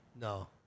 No